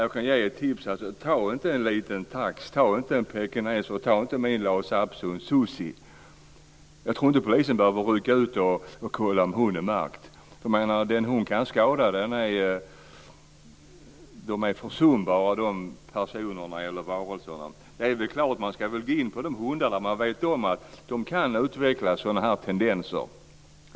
Jag kan ge ett tips: ta inte en liten tax, en pekines eller min llasa apso Sussie. Jag tror inte att polisen behöver rycka ut för att se om Sussie är märkt. De varelser hon kan skada är försumbara. Man ska gå på de hundar man vet kan utveckla sådana tendenser.